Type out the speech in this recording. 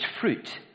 fruit